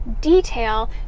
detail